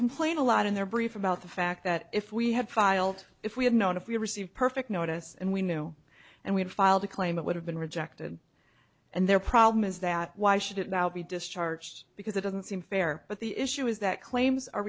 complain a lot in their brief about the fact that if we had filed if we had known if we receive perfect notice and we know and we had filed a claim it would have been rejected and their problem is that why should it now be discharged because it doesn't seem fair but the issue is that claims are